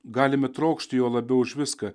galime trokšti jo labiau už viską